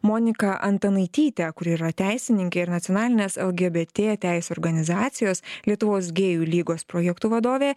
moniką antanaitytę kuri yra teisininkė ir nacionalinės lgbt teisių organizacijos lietuvos gėjų lygos projektų vadovė